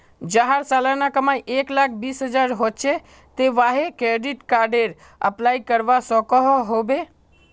जहार सालाना कमाई एक लाख बीस हजार होचे ते वाहें क्रेडिट कार्डेर अप्लाई करवा सकोहो होबे?